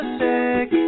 sick